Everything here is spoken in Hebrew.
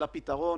אלא פתרון